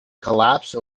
collapse